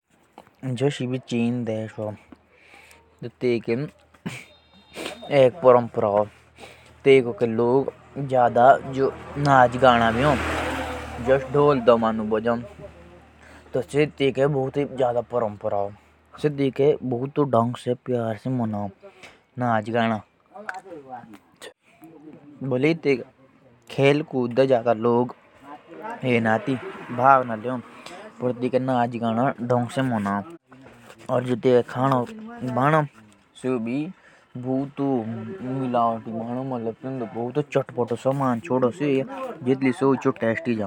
जोष चीन एक देश ह तो तेईके भौत-े ही तेहवर म्नाओ औऱ खूब नाचो ह गाओ ह। चीन के लोग खेल कूद म्जा खूब ध्यान दो।